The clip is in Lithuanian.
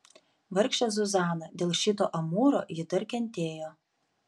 vargšė zuzana dėl šito amūro ji dar kentėjo